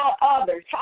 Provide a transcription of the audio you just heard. others